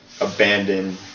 abandoned